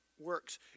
works